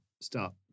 start